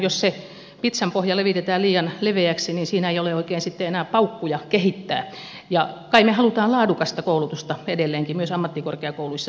jos se pitsanpohja levitetään liian leveäksi niin siinä ei ole oikein sitten enää paukkuja kehittää ja kai me haluamme laadukasta koulutusta edelleenkin myös ammattikorkeakouluissa suomessa